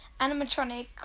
animatronics